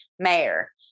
mayor